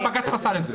בג"ץ פסל את ימי המחלה.